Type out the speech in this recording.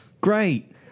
Great